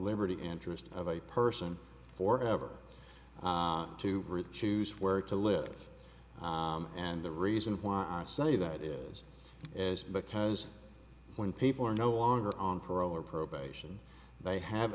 liberty interest of a person for ever to choose where to live and the reason why i say that is as because when people are no longer on parole or probation they have